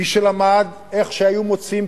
מי שלמד איך היו מוציאים,